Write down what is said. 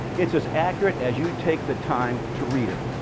it's as accurate as you take the time to read it.